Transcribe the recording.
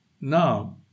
now